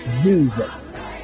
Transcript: Jesus